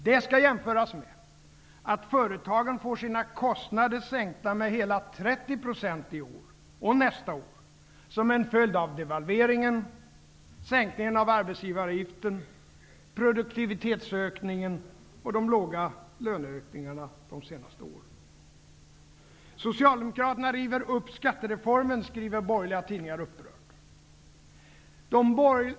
Det skall jämföras med att företagen får sina kostnader sänkta med hela 30 % i år och nästa år, som en följd av devalveringen, sänkningen av arbetsgivaravgiften, produktivitetsökningen och de låga löneökningarna de senaste åren. Socialdemokraterna river upp skattereformen, skriver borgerliga tidningar upprört.